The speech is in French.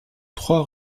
trois